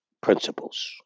principles